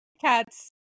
cats